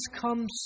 comes